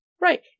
Right